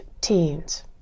teens